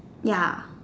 ya